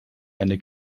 eine